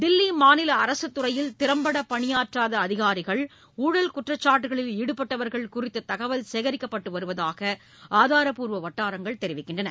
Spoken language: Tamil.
தில்லி மாநில அரசுத் துறையில் திறம்பட பணியாற்றாத அதிகாரிகள் ஊழல் குற்றச்சாட்டுகளில் ஈடுபட்டவர்கள் குறித்த தகவல் சேகரிக்கப்பட்டு வருவதாக ஆதாரப்பூர்வ வட்டாரங்கள் தெரிவித்தன